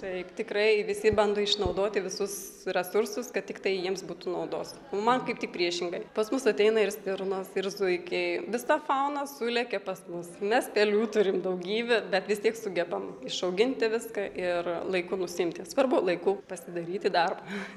taip tikrai visi bando išnaudoti visus resursus kad tiktai jiems būtų naudos man kaip tik priešingai pas mus ateina ir stirnos ir zuikiai visa fauna sulekia pas mus mes pelių turim daugybę bet vis tiek sugebam išauginti viską ir laiku nusiimti jas svarbu laiku pasidaryti darbą